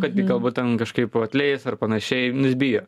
kad jį galbūt ten kažkaip atleis ar panašiai nu jis bijo